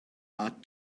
ought